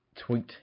tweet